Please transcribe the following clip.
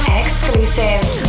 exclusives